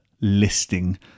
listing